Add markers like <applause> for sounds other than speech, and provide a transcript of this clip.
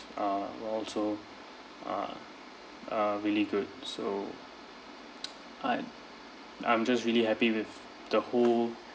uh was also uh uh really good so <noise> I I'm just really happy with the whole